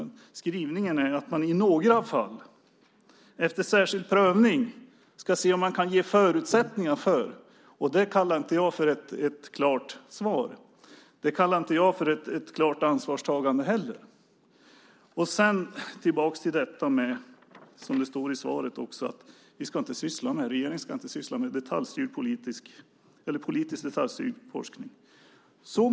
Men skrivningen är den att man i några fall, efter särskild prövning, ska se om man kan "ge förutsättningar". Det kallar jag inte för ett klart svar och inte heller för ett klart ansvarstagande. Sedan kommer jag tillbaka till detta med, som också står i svaret, att regeringen inte ska syssla med politiskt detaljstyrd forskning.